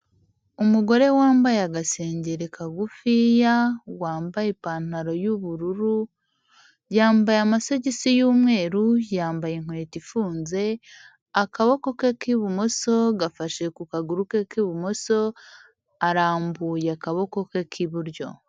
Umugore wambaye agasengeri kagufiya, wambaye ipantaro y'ubururu, yambaye amasogisi y'umweru, yambaye inkweto ifunze, akaboko ke k'ibumoso, gafashe ku kaguru ke k'ibumoso, arambuye akaboko ke k'iburyo.